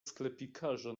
sklepikarza